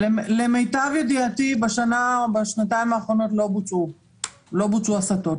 למיטב ידיעתי, בשנתיים האחרונות לא בוצעו הסטות.